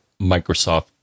Microsoft